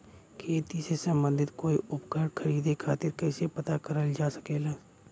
खेती से सम्बन्धित कोई उपकरण खरीदे खातीर कइसे पता करल जा सकेला?